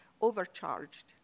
overcharged